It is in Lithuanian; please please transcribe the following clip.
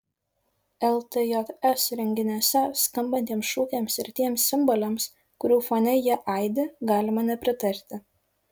ltjs renginiuose skambantiems šūkiams ir tiems simboliams kurių fone jie aidi galima nepritarti